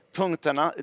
punkterna